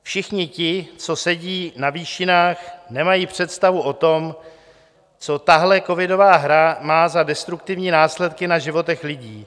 Všichni ti, co sedí na výšinách, nemají představu o tom, co tahle covidová hra má za destruktivní následky na životech lidí.